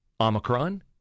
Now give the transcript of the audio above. Omicron